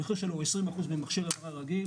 המחיר שלו הוא 20% ממכשיר MRI רגיל,